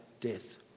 death